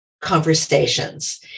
conversations